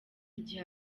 igihe